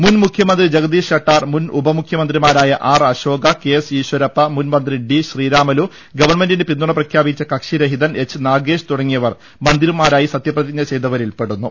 മുൻമുഖ്യമന്ത്രി ജഗദീഷ് ഷട്ടാർ മുൻ ഉപമുഖ്യമന്ത്രിമാരായ R Ashoka K S Eshwarappa മുൻമന്ത്രി ഡി ശ്രീരാമലു ഗവൺമെന്റിന് പിന്തുണ പ്രഖ്യാപിച്ച കക്ഷിരഹിതൻ എച്ച് നാഗേഷ് തുടങ്ങിയവർ മന്ത്രിമാരായി സത്യപ്രതിജ്ഞ ചെയ്യുന്നവരിൽ പെടു ന്നു